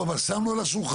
אנחנו אבל שמנו על השולחן,